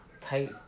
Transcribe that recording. tight